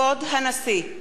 כבוד הנשיא!